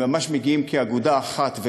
והם ממש מגיעים כאגודה אחת,